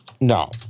No